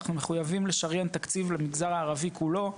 אנחנו מחויבים לשריין תקציב למגזר הערבי כולו,